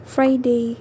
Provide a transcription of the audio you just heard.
Friday